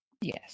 Yes